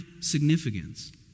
significance